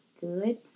good